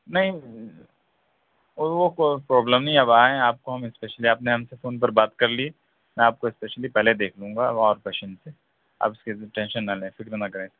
نہیں وہ کوئی پرابلم نہیں آپ آئیں آپ کو ہم اسپیشلی آپ نے ہم سے فون پر بات کر لی ہے میں آپ کو اسپیشلی پہلے دیکھ لوں گا اور پیشنٹ ہیں آپ اِس کے لیے ٹینشن نہ لیں فِکر نہ کریں